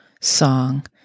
song